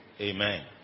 Amen